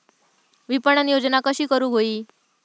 विपणन योजना कशी करुक होई?